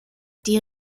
die